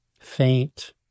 faint